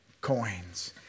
coins